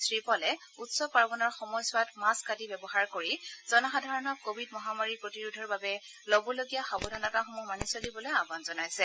শ্ৰীপলে উৎসৱ পাৰ্বনৰ সময়ছোৱাত মাস্থ আদি ব্যৱহাৰ কৰি জনসাধাৰণক কোভিড মহামাৰীৰ প্ৰতিৰোধৰ বাবে ল'বলগীয়া সাৱধানতাসমূহ মানি চলিবলৈ আহান জনাইছে